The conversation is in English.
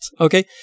Okay